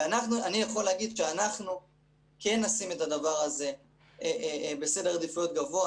אני יכול להגיד שאנחנו נשים את הדבר הזה בסדר עדיפות גבוה,